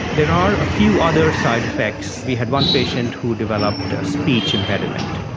there are a few other side-effects. we had one patient who developed a speech impediment,